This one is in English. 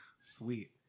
Sweet